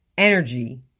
energy